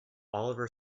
oliver